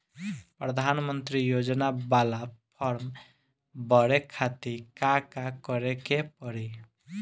प्रधानमंत्री योजना बाला फर्म बड़े खाति का का करे के पड़ी?